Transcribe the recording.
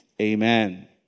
Amen